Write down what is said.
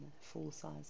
full-size